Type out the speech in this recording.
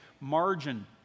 margin